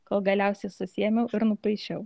kol galiausiai susiėmiau ir nupaišiau